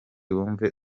wumve